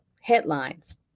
headlines